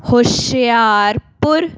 Hoshiarpur